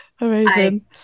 amazing